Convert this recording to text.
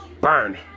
Burn